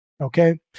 Okay